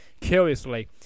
curiously